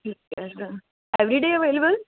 everyday available